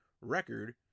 record